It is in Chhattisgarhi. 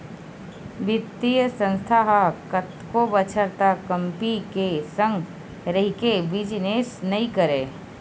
बित्तीय संस्था ह कतको बछर तक कंपी के संग रहिके बिजनेस नइ करय